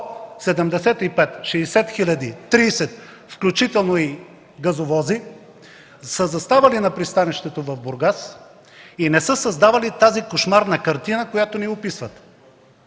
30 хиляди, включително и газовози, са заставали на пристанището в Бургас и не са създавали тази кошмарна картина, която ни описвате.